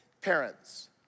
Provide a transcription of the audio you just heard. Parents